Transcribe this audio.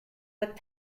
with